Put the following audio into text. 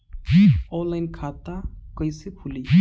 Online खाता कईसे खुलि?